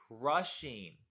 crushing